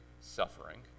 suffering